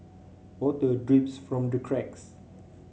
water drips from the cracks